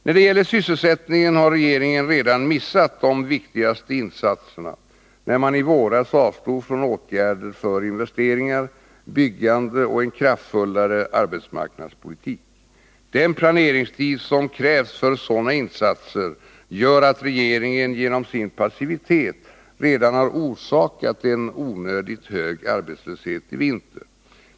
När det gäller sysselsättningen har regeringen redan missat de viktigaste insatserna när den i våras avstod från åtgärder för investeringar, byggande och en kraftfullare arbetsmarknadspolitik. Den planeringstid som krävs för sådana insatser gör att regeringen genom sin passivitet redan har orsakat en onödigt stor arbetslöshet i vinter.